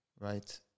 right